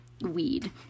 weed